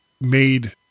made